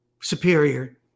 superior